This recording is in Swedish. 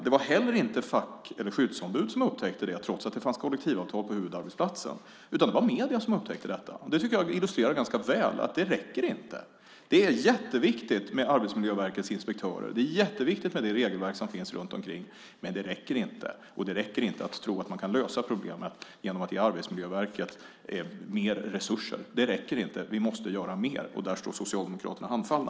Det var inte heller facket eller skyddsombuden som upptäckte det, trots att det fanns kollektivavtal på huvudarbetsplatsen. Det var medierna som upptäckte det. Det tycker jag ganska väl illustrerar att det inte räcker. Det är jätteviktigt med Arbetsmiljöverkets inspektörer. Det är jätteviktigt med det regelverk som finns runt omkring. Men det räcker inte, och det räcker inte att tro att man kan lösa problemet genom att ge Arbetsmiljöverket mer resurser. Det räcker inte. Vi måste göra mer, och där står Socialdemokraterna handfallna.